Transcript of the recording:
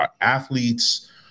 athletes